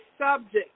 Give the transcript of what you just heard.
subject